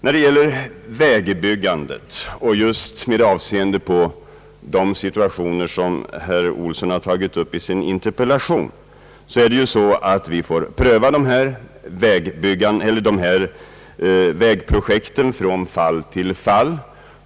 När det gäller vägbyggandet och då särskilt de situationer som herr Johan Olsson har tagit upp i sin interpellation får vi pröva vägprojekten från fall till fall.